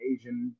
Asian